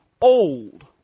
old